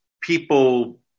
people